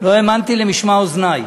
לא האמנתי למשמע אוזני,